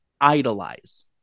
idolize